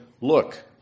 Look